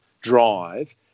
drive